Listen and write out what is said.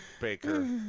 Baker